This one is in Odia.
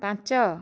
ପାଞ୍ଚ